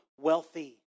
wealthy